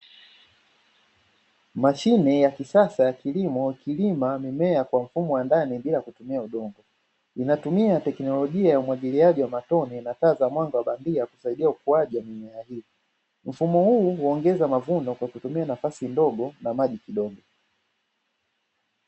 Mashine ya kisasa ya kilimo ikilima mimea kwa mfumo wa ndani bila kutumia udongo, inatumia teknolojia ya umwagiliaji wa matone na taa za mwanga wa bandia kusaidia ukuaji wa mimea hiyo. Mfumo huu, huongeza mavuno kwa kutumia nafasi ndogo na maji kidogo.